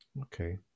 Okay